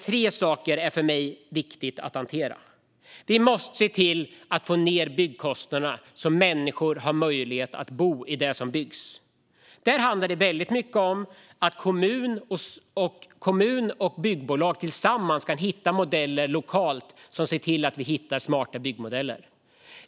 Tre saker är för mig viktigt att hantera. Vi måste se till att få ned byggkostnaderna så att människor får möjlighet att bo i det som byggs. Det handlar väldigt mycket om att kommun och byggbolag tillsammans hittar modeller lokalt som ser till att vi hittar smarta byggmodeller.